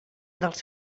dels